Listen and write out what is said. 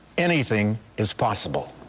anything is possible.